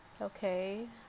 Okay